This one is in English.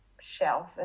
shelf